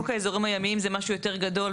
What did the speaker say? חוק האזורים הימיים זה משהו יותר גדול,